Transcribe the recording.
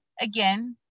again